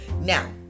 Now